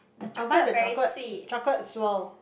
I'll buy the chocolate chocolate swirl